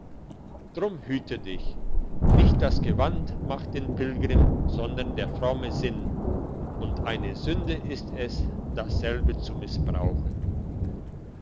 drum hüte dich nicht das gewand macht den pilgrim sondern der fromme sinn und eine sünde ist es dasselbe zu missbrauchen